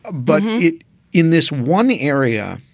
ah but it in this one, the area